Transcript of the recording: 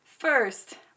First